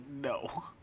no